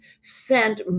sent